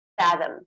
fathom